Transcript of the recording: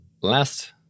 Last